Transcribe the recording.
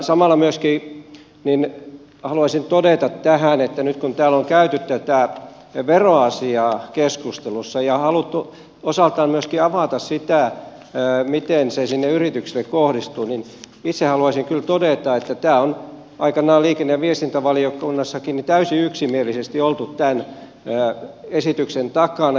samalla myöskin haluaisin todeta tähän että nyt kun täällä on käyty tätä veroasiaa keskustelussa ja haluttu osaltaan myöskin avata sitä miten se sinne yrityksille kohdistuu niin itse haluaisin kyllä todeta että on aikanaan liikenne ja viestintävaliokunnassakin täysin yksimielisesti oltu tämän esityksen takana